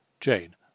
Jane